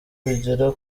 bigera